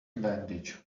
bandage